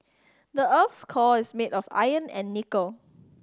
the earth's core is made of iron and nickel